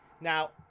Now